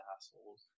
assholes